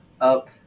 up